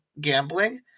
gambling